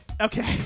Okay